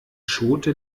schote